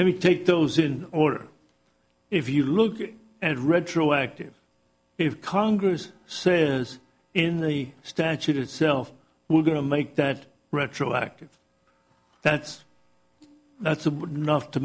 let me take those in order if you look at and retroactive if congress says in the statute itself we're going to make that retroactive that's that's a good enough to